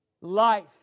life